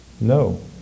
No